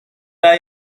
hay